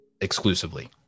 exclusively